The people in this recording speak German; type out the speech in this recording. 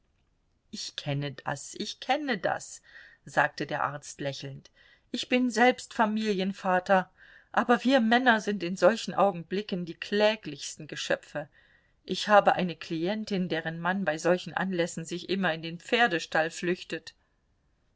ich kenne das ich kenne das sagte der arzt lächelnd ich bin selbst familienvater aber wir männer sind in solchen augenblicken die kläglichsten geschöpfe ich habe eine klientin deren mann bei solchen anlässen sich immer in den pferdestall flüchtet